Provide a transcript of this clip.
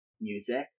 music